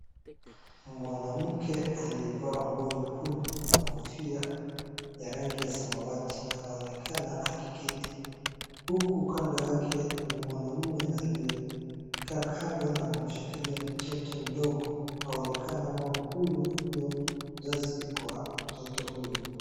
Mwanamke aliyevaa nguo nyekundu na kofia ya rangi ya samawati anaonekana akiketi, huku kando yake ni mwanamume aliyekaa kando na kumshikilia mtoto mdogo. Inaonekana mama huyu ndio mzazi wa mtoto huyo.